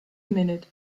minute